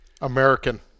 American